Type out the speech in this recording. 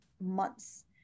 months